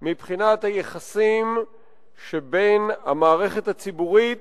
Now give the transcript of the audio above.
מאוד מבחינת היחסים שבין המערכת הציבורית